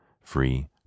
free